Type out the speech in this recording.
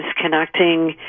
connecting